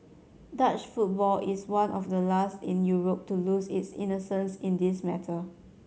Dutch football is one of the last in Europe to lose its innocence in this matter